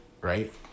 Right